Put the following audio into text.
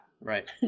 Right